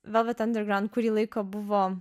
velvet underground kurį laiką buvo